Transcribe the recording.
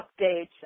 updates